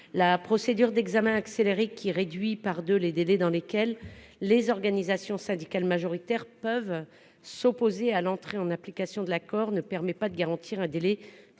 La procédure d'examen accélérée ainsi proposée, qui réduit par deux les délais dans lesquels les organisations syndicales majoritaires peuvent s'opposer à l'entrée en vigueur de l'accord, ne permet pas de garantir un délai